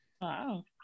wow